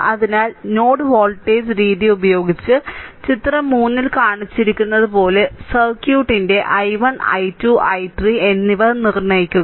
അതിനാൽ node voltage രീതി ഉപയോഗിച്ച് ചിത്രം 3 ൽ കാണിച്ചിരിക്കുന്നതുപോലെ സർക്യൂട്ടിന്റെ i1 i2 i3 എന്നിവ നിർണ്ണയിക്കുക